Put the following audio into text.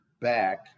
back